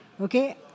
Okay